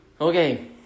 Okay